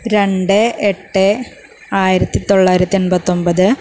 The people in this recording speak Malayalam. രണ്ട് എട്ട് ആയിരത്തി തൊള്ളായിരത്തി എൺപത്തൊൻപത്